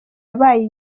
yabaye